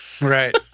Right